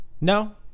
No